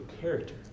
character